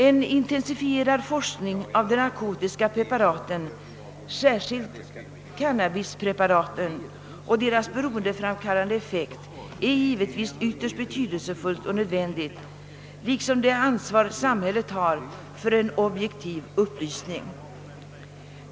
En intensifierad forskning om de narkotiska preparaten, särskilt beträffande cannabispreparaten och deras beroendeframkallande effekt, är givetvis ytterst betydelsefull och nödvändig liksom det ansvar samhället har för en objektiv upplysning.